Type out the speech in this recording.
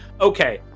Okay